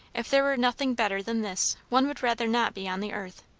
if there were nothing better than this, one would rather not be on the earth.